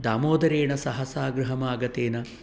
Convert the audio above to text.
दामोदरेण सहसा गृहमागतेन